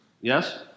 Yes